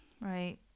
Right